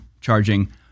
charging